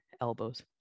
elbows